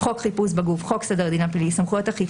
"חוק חיפוש בגוף" חוק סדר הדין הפלילי (סמכויות אכיפה,